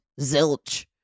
zilch